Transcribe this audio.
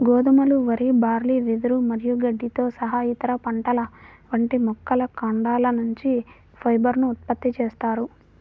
గోధుమలు, వరి, బార్లీ, వెదురు మరియు గడ్డితో సహా ఇతర పంటల వంటి మొక్కల కాండాల నుంచి ఫైబర్ ను ఉత్పత్తి చేస్తారు